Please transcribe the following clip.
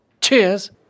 Cheers